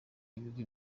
ibigwi